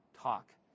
talk